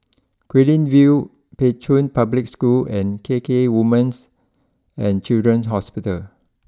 Guilin view Pei Chun Public School and K K Women's and Children's Hospital